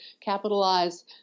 capitalize